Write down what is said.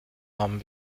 haben